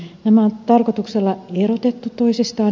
nämä on tarkoituksella erotettu toisistaan